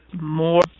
more